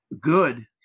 good